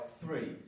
three